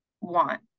want